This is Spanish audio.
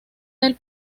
del